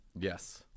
Yes